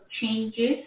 changes